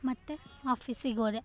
ಮತ್ತು ಆಫೀಸಿಗ್ಹೋದೆ